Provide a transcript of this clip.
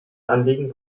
anliegen